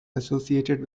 associated